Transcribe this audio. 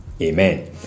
amen